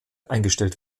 eingestellt